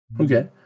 Okay